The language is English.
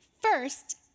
First